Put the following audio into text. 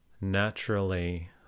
Naturally